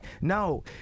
No